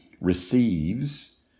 receives